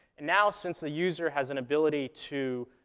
now, since the user has an ability to